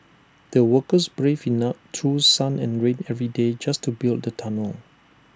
the workers braved through sun and rain every day just to build the tunnel